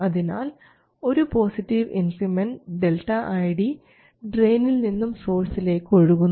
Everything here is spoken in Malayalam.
അതിനാൽ ഒരു പോസിറ്റീവ് ഇൻക്രിമെൻറ് ΔID ഡ്രയിനിൽ നിന്നും സോഴ്സിലേക്ക് ഒഴുകുന്നു